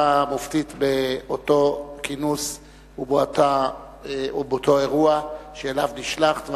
מופתית באותו כינוס ובאותו אירוע שאליו נשלחת,